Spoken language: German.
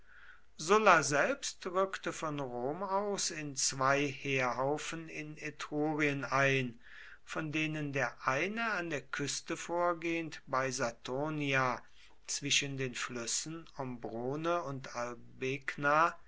sulla selbst rückte von rom aus in zwei heerhaufen in etrurien ein von denen der eine an der küste vorgehend bei saturnia zwischen den flüssen ombrone und